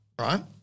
right